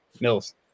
Mills